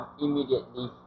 immediately